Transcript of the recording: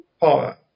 power